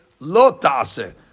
lotase